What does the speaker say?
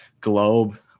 globe